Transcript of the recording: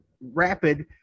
rapid